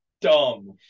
dumb